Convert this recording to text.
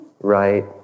right